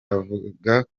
avuga